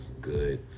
good